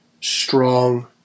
strong